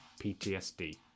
PTSD